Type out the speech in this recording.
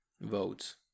votes